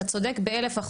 אתה צודקת ב-1,000%.